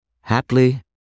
haply